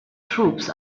troops